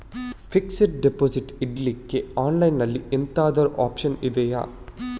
Fixed deposit ಇಡ್ಲಿಕ್ಕೆ online ಅಲ್ಲಿ ಎಂತಾದ್ರೂ ಒಪ್ಶನ್ ಇದ್ಯಾ?